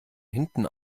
hinten